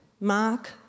mark